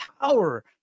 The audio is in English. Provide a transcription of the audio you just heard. power